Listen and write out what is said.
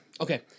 Okay